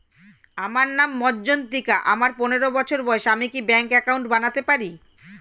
আমার নাম মজ্ঝন্তিকা, আমার পনেরো বছর বয়স, আমি কি ব্যঙ্কে একাউন্ট বানাতে পারি?